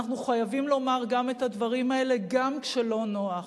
אנחנו חייבים לומר גם את הדברים האלה גם כשלא נוח.